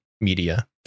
media